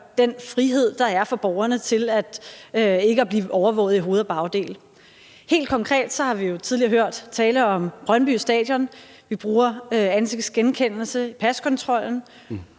den frihed, der er for borgerne til ikke at blive overvåget i hoved og bagdel. Helt konkret har vi jo tidligere hørt tale om Brøndby Stadion og paskontrollen,